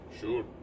sure